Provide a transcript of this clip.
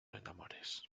enamores